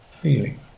feeling